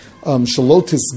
Shalotis